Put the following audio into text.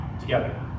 together